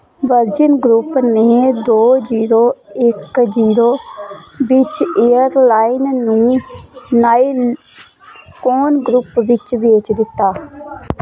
virgin group ਨੇ ਦੋ zero ਇੱਕ ਜੀਰੋ ਵਿੱਚ ਏਅਰਲਾਈਨ ਨੂੰ ਨਾਈ ਕੋਨ ਗਰੁੱਪ ਵਿੱਚ ਵੇਚ ਦਿੱਤਾ